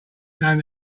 knowing